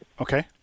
Okay